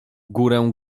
górę